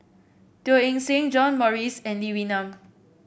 Teo Eng Seng John Morrice and Lee Wee Nam